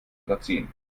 unterziehen